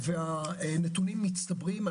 והנתונים מצטברים.